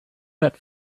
that